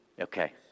Okay